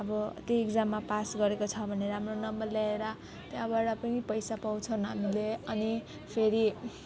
अब त्यो इक्जाममा पास गरेको छ भने राम्रो नम्बर ल्याएर त्यहाँबाट पनि पैसा पाउँछ नानीले अनि फेरि